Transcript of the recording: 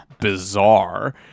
bizarre